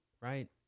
right